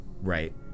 right